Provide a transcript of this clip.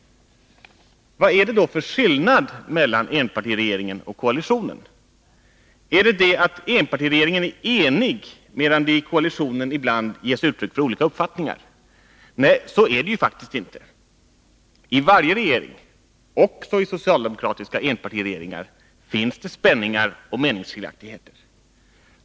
Vad är det då för skillnad mellan enpartiregeringen och koalitionen? Är det att enpartiregeringen är enig, medan det i koalitionen ibland ges uttryck för olika uppfattningar? Nej, så är det ju faktiskt inte. I varje regering — också i socialdemokratiska enpartiregeringar — finns det spänningar och meningsskiljaktigheter.